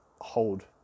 hold